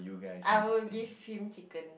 I will give him chicken